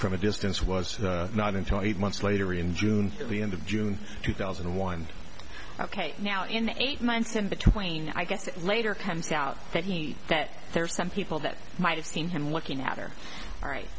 from a distance was not until eight months later in june at the end of june two thousand and one ok now in eight months in between i guess it later comes out that he that there's some people that might have seen him looking at or right